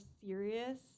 serious